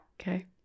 okay